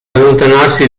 allontanarsi